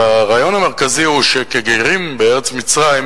אבל הרעיון המרכזי הוא שכגרים בארץ מצרים,